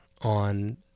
on